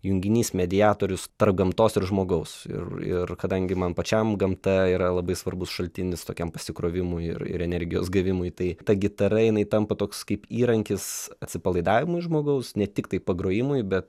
junginys mediatorius tarp gamtos ir žmogaus ir ir kadangi man pačiam gamta yra labai svarbus šaltinis tokiam pasikrovimui ir energijos gavimui tai ta gitara jinai tampa toks kaip įrankis atsipalaidavimui žmogaus ne tiktai pagrojimui bet